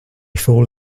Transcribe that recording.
fall